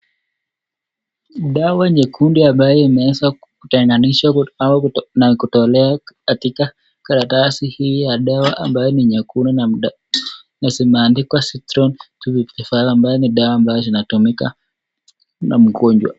Dawa nyekundu ambayo imeweza kukutanishwa au kutolewa katika karatasi hii ya dawa ambayo ni nyekundu na mdomo na zimeandikwa Zithroni 255 ambayo ni dawa ambayo inatumika na mgonjwa.